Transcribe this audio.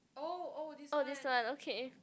oh this one okay